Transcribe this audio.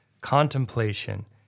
contemplation